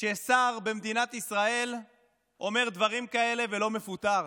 ששר במדינת ישראל אומר דברים כאלה ולא מפוטר.